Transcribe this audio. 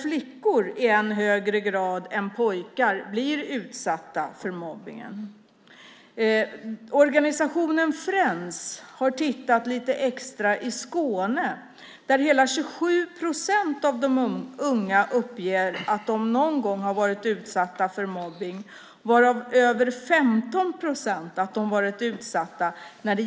Flickor blir i högre grad än pojkar utsatta för mobbningen. Organisationen Friends har tittat lite extra i Skåne. Där uppger hela 27 procent av de unga att de någon gång har varit utsatta för mobbning, varav över 15 procent för nätmobbning.